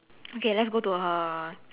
okay let's go to her